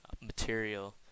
material